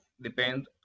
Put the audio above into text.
depend